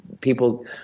people –